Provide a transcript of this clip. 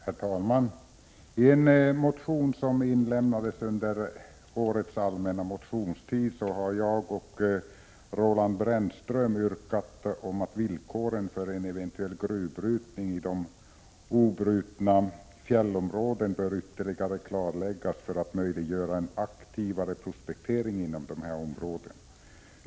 Herr talman! I en motion som inlämnats under årets allmänna motionstid har jag och Roland Brännström yrkat att villkoren för en eventuell gruvbrytning i de obrutna fjällområdena bör ytterligare klarläggas för att möjliggöra en aktivare prospektering inom dessa områden.